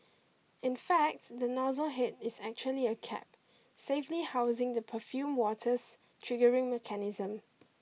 in fact the nozzle head is actually a cap safely housing the perfumed water's triggering mechanism